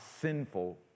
sinful